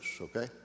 Okay